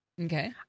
Okay